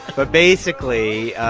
but basically,